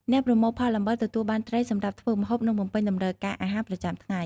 អ្នកប្រមូលផលអំបិលទទួលបានត្រីសម្រាប់ធ្វើម្ហូប និងបំពេញតម្រូវការអាហារប្រចាំថ្ងៃ។